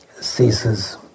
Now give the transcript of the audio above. ceases